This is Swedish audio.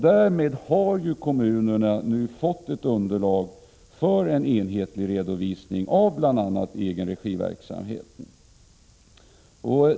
Därmed har kommunerna nu fått ett underlag för en enhetlig redovisning av bl.a. egenregiverksamheten.